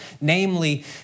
namely